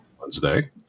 Wednesday